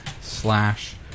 slash